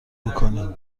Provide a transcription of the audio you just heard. میکنی